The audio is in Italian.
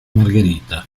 margherita